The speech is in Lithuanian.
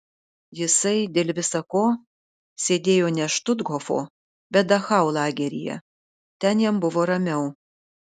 jisai dėl visa ko sėdėjo ne štuthofo bet dachau lageryje ten jam buvo ramiau